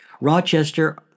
Rochester